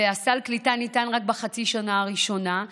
וסל הקליטה ניתן רק בחצי השנה הראשונה,